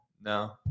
No